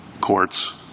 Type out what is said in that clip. courts